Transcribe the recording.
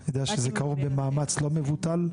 אני יודע שזה כרוך במאמץ לא מבוטל.